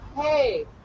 Hey